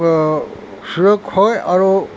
হয় আৰু